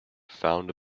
found